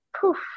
poof